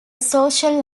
social